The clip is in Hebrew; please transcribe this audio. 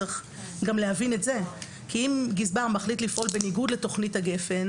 אם גזבר מחליט לפעול בניגוד לתכנית הגפ"ן